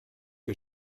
que